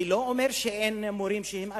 אני לא אומר שאין מורים שהם אלימים,